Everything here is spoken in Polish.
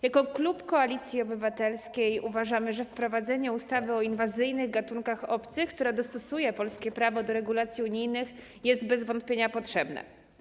Jako klub Koalicji Obywatelskiej uważamy, że wprowadzenie ustawy o inwazyjnych gatunkach obcych, która dostosuje polskie prawo do regulacji unijnych, jest bez wątpienia potrzebne.